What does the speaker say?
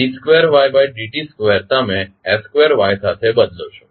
d2ydt2 તમે s2Yસાથે બદલો છો